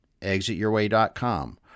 ExitYourWay.com